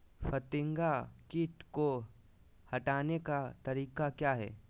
फतिंगा किट को हटाने का तरीका क्या है?